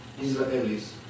Israelis